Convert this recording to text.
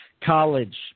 college